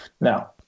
Now